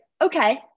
okay